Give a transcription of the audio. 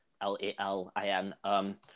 L-E-L-I-N